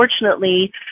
unfortunately